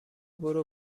برو